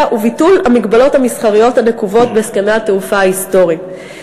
וביטול המגבלות המסחריות הנקובות בהסכמי התעופה ההיסטוריים.